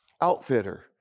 outfitter